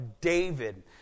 David